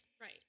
Right